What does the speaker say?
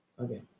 Okay